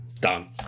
done